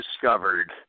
discovered